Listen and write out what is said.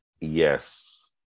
Yes